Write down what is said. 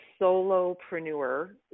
solopreneur